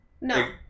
No